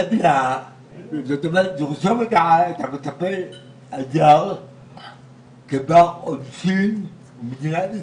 צריך לרשום את המטפל כבר עונשין במדינת ישראל,